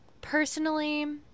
personally